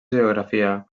geografia